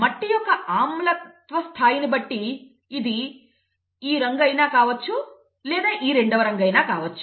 మట్టి యొక్క ఆమ్లత్వ స్థాయిని బట్టి ఇది ఈ రంగు అయినా కావచ్చు లేదా ఈ రెండవ రంగు అయినా కావచ్చు